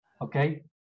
okay